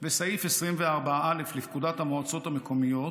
וסעיף 24א לפקודת המועצות המקומיות,